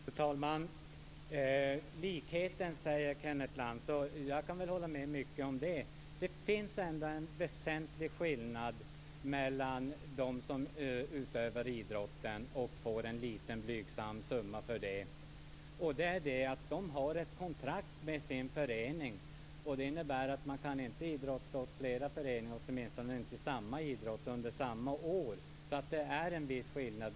Fru talman! Kenneth Lantz talar om likheten. Jag kan hålla med om mycket i det. Men det finns ändå en väsentlig skillnad mellan de som utövar idrott, och får en liten blygsam summa för det, och de andra. De har ett kontrakt med sin förening. Det innebär att man inte kan idrotta åt flera föreningar, åtminstone inte i samma idrott under samma år. Det är en viss skillnad.